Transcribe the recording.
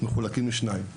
מחולקת לשניים,